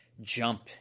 jump